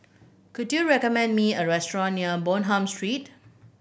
could you recommend me a restaurant near Bonham Street